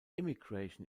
immigration